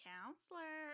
Counselor